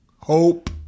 hope